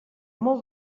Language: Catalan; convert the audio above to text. molt